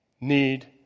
need